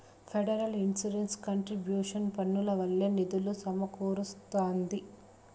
federal insurance contribution పన్నుల వల్లే నిధులు సమకూరస్తాంది